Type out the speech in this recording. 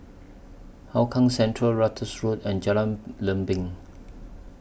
Hougang Central Ratus Road and Jalan Lempeng